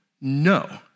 No